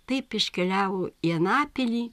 taip iškeliavo į anapilį